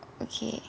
okay